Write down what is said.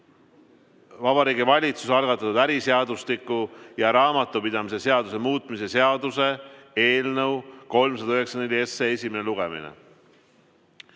Vabariigi Valitsuse algatatud äriseadustiku ja raamatupidamise seaduse muutmise seaduse eelnõu 394 esimene lugemine.